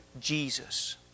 Jesus